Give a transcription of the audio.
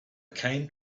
came